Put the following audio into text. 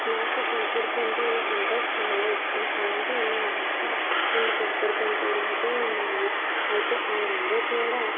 నాకు పెంపుడు జంతువులు అంటే చాలా ఇష్టం అలాగే నా వద్ద రెండు పెంపుడు జంతువులు అయితే ఉన్నాయి అయితే ఆ రెండు కూడా